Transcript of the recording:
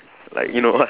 like you know ah